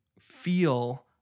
feel